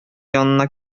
янына